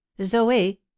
Zoe